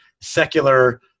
secular